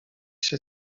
się